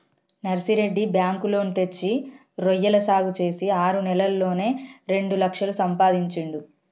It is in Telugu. నర్సిరెడ్డి బ్యాంకు లోను తెచ్చి రొయ్యల సాగు చేసి ఆరు నెలల్లోనే రెండు లక్షలు సంపాదించిండు